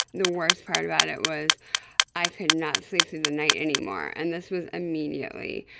the worst part about it was i could not sleep through the night anymore, and this was immediately.